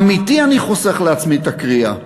אמיתי אני חוסך לעצמי את הקריאה.